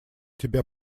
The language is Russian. тебя